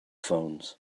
phones